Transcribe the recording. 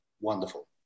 wonderful